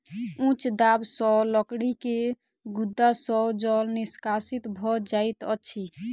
उच्च दाब सॅ लकड़ी के गुद्दा सॅ जल निष्कासित भ जाइत अछि